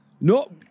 No